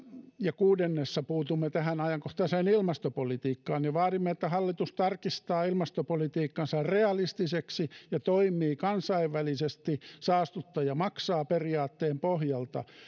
ja kuudennessa kohdassa puutumme tähän ajankohtaiseen ilmastopolitiikkaan ja vaadimme että hallitus tarkistaa ilmastopolitiikkansa realistiseksi ja toimii kansainvälisesti saastuttaja maksaa periaatteen pohjalta